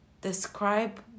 describe